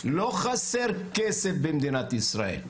לא חסר כסף במדינת ישראל,